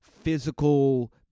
physical